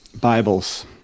Bibles